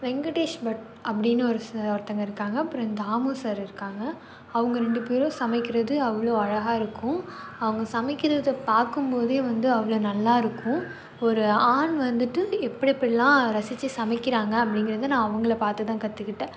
வெங்கடேஷ் பட் அப்படின்னு ஒரு ச ஒருத்தவங்க இருக்காங்க அப்பறோம் தாமு சார் இருக்காங்க அவங்க ரெண்டு பேரும் சமைக்கிறது அவ்வளோ அழகாக இருக்கும் அவங்க சமைக்கிறதை பார்க்கும்போதே வந்து அவ்வளோ நல்லாயிருக்கும் ஒரு ஆண் வந்துட்டு எப்படி எப்படிலாம் ரசிச்சு சமைக்கிறாங்க அப்படிங்கிறது நான் அவங்கள பார்த்து தான் கற்றுக்கிட்டேன்